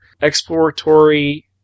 exploratory